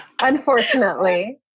Unfortunately